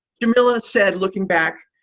jamila said, looking back,